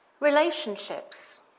relationships